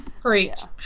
Great